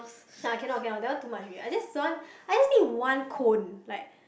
no I cannot cannot that one too much already I just don't want I just need one cone like